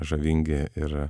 žavingi ir